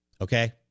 Okay